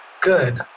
Good